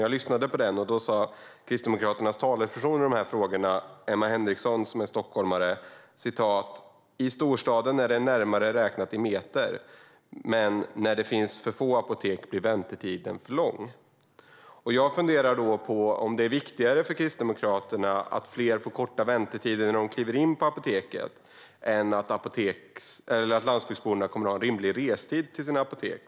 Jag lyssnade på den, och Kristdemokraternas talesperson i dessa frågor, Emma Henriksson, som är stockholmare, sa: "I en storstad är det närmare räknat i antal meter, men när det finns för få apotek blir väntetiden för lång." Jag funderar då på om det är viktigare för Kristdemokraterna att fler får korta väntetider när de kliver in på apoteken än att landsbygdsborna kommer att ha en rimlig restid till sina apotek.